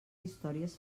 històries